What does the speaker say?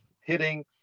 hitting